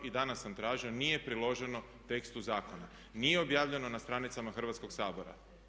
I danas sam tražio, nije priloženo tekstu zakona, nije objavljeno na stranicama Hrvatskog sabora.